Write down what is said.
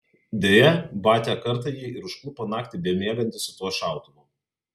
deja batia kartą jį ir užklupo naktį bemiegantį su tuo šautuvu